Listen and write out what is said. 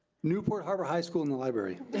newport harbor high school in the library.